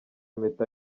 impeta